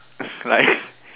like